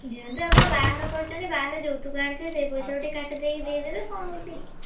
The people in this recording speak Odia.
ଦିଅନ୍ତୁ ଆପଣ ବାହାଘର କରୁଛନ୍ତି ବାହାଘରରୁ ଯୌତୁକ ଆଣିଥିବେ ସେ ପଇସାରୁ ଟିକିଏ କାଟିଦେଇକି ଦେଇଦେବେ କଣ ହେଉଛିି